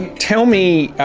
and tell me